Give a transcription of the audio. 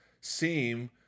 seem